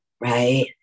right